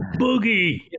boogie